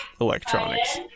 electronics